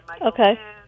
Okay